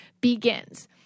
begins